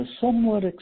somewhat